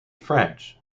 french